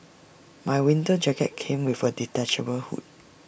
my winter jacket came with A detachable hood